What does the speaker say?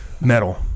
Metal